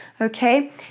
okay